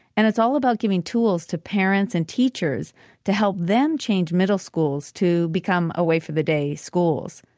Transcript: and it's all about giving tools to parents and teachers to help them change middle schools to become away for the day schools.